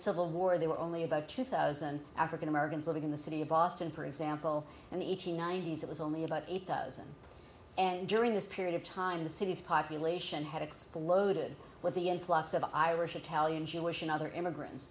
civil war there were only about two thousand african americans living in the city of boston for example and eight hundred ninety s it was only about eight thousand and during this period of time the city's population had exploded with the influx of irish italian jewish and other immigrants